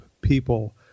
people